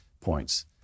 points